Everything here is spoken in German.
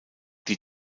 die